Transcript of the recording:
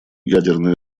ядерное